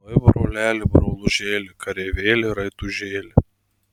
oi broleli brolužėli kareivėli raitužėli